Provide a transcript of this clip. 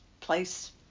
place